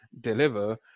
deliver